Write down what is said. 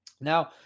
Now